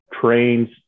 trains